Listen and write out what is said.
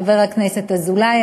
חבר הכנסת אזולאי,